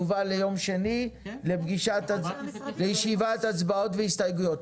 שיובא ביום שני לישיבת הצבעות והסתייגויות.